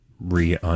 re